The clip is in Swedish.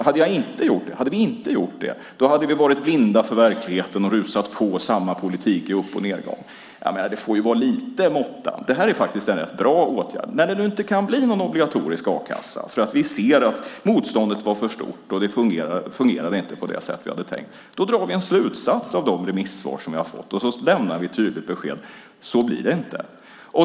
Hade vi inte gjort det hade vi varit blinda för verkligheten och rusat på med samma politik i upp och nedgång. Det får ju vara lite måtta. Det här är faktiskt en rätt bra åtgärd. När det nu inte kan bli någon obligatorisk a-kassa, därför att vi såg att motståndet var för stort och att det inte fungerade på det sätt som vi hade tänkt, drar vi en slutsats av de remissvar som vi har fått och lämnar ett tydligt besked: Så blir det inte.